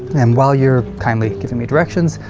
and while you're kindly giving me directions,